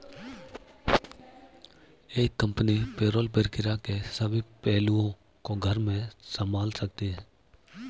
एक company payroll प्रक्रिया के सभी पहलुओं को घर में संभाल सकती है